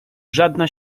żadna